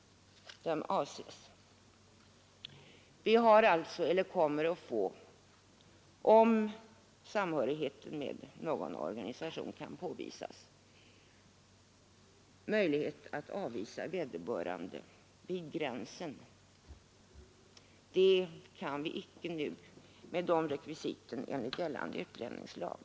Om samhörighet med någon organisation kan påvisas, kommer vi alltså att få möjlighet att avvisa vederbörande vid gränsen. Det kan vi icke nu med rekvisiten enligt gällande utlänningslag.